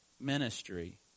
ministry